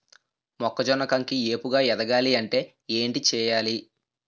మొక్కజొన్న కంకి ఏపుగ ఎదగాలి అంటే ఏంటి చేయాలి?